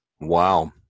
Wow